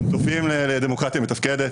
הם טובים לדמוקרטיה מתפקדת.